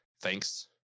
thanks